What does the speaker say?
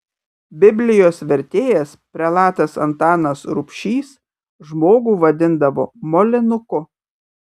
biblijos vertėjas prelatas antanas rubšys žmogų vadindavo molinuku